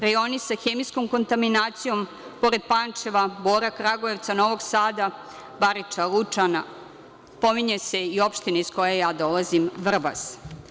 Reoni sa hemijskom kontaminacijom pored Pančeva, Bora, Kragujevca, Novog Sada, Bariča, Lučana, pominje se i opština iz koje ja dolazim Vrbas.